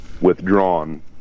withdrawn